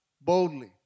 boldly